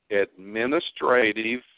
administrative